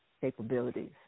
capabilities